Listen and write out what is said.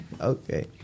okay